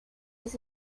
this